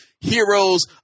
heroes